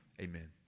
Amen